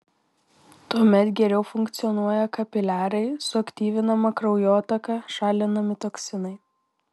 tuomet geriau funkcionuoja kapiliarai suaktyvinama kraujotaka šalinami toksinai